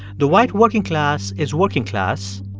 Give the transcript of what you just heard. the white working class is working class,